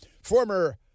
Former